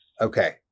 Okay